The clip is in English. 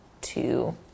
two